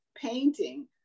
painting